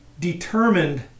determined